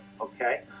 Okay